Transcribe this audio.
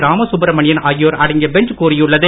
ராமசுப்ரமணியன் ஆகியோர் அடங்கிய பெஞ்ச் கூறியுள்ளது